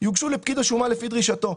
יוגשו לפקיד השומה לפי דרישתו.".